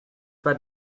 pas